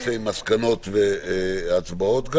שנצא עם מסקנות וגם הצבעות.